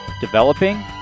Developing